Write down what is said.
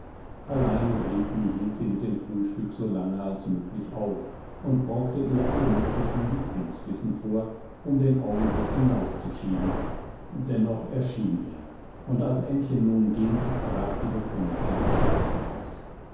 allein gritli hielt sie mit dem frühstück so lange als möglich auf und brockte ihr alle möglichen lieblingsbissen vor um den augenblick hinauszuschieben dennoch erschien er und als ännchen nun ging brach die bekümmerte in tränen aus